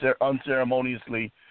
unceremoniously